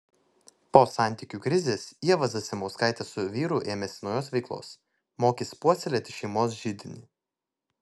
po santykių krizės ieva zasimauskaitė su vyru ėmėsi naujos veiklos mokys puoselėti šeimos židinį